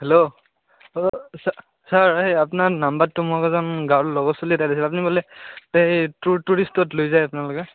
hello sir এই আপোনাৰ নম্বৰটো মোক এজন গাঁৱৰ লগৰ ছলি এটায়ে দিছিলে আপুনি বোলে এই টু টুৰিষ্টত লৈ যায় আপনালোকে